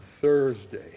Thursday